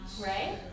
right